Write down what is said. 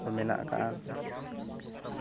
ᱫᱚ ᱢᱮᱱᱟᱜᱼᱟ